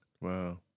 Wow